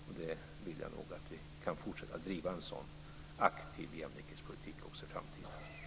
Jag vill nog att vi kan fortsätta att driva en sådan aktiv jämlikhetspolitik också i framtiden.